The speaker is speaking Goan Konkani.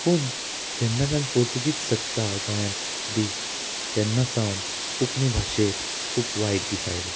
पूण जेन्नाच्यान पुर्तुगेज सत्ता गोंयांत थारली तेन्ना सावन कोंकणी भाशेक खूब वायट दीस आयले